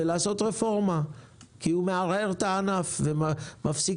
זה לעשות רפורמה כי הוא מערער את הענף ומפסיק